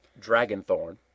Dragonthorn